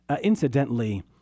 Incidentally